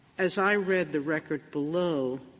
as i read the record below,